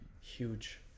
huge